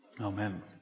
Amen